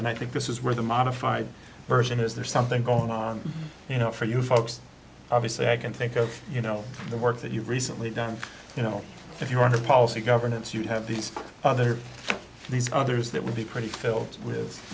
and i think this is where the modified version is there something going on you know for you folks obviously i can think of you know the work that you've recently done you know if you want a policy governance you have these other these others that would be pretty filled with